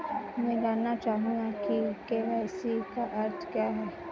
मैं जानना चाहूंगा कि के.वाई.सी का अर्थ क्या है?